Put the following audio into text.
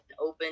open